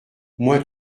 moi